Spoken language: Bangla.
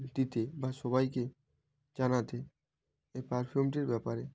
দিতে বা সবাইকে জানাতে এই পারফিউমটির ব্যাপারে